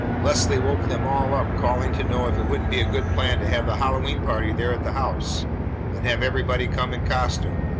leslie woke them all up calling to know if it wouldn't be a good plan to have the hallowe'en party there at the house and have everybody come in costume.